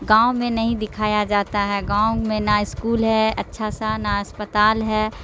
گاؤں میں نہیں دکھایا جاتا ہے گاؤں میں نہ اسکول ہے اچھا سا نہ اسپتال ہے